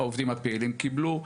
שהעובדים הפעילים קיבלו.